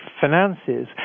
finances